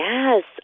Yes